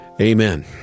Amen